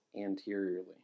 anteriorly